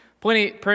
plenty